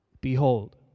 Behold